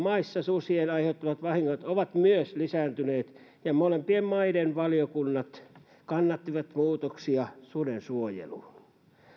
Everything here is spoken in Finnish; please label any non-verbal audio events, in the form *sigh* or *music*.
*unintelligible* maissa susien aiheuttamat vahingot ovat lisääntyneet ja molempien maiden valiokunnat kannattivat muutoksia suden suojeluun